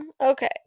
Okay